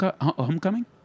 Homecoming